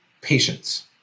patience